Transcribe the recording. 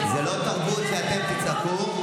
זו לא תרבות שאתם תצעקו,